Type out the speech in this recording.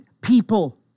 people